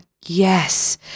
yes